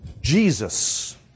Jesus